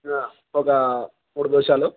ఒక మూడు దోషాలు